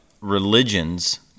religions